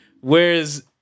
Whereas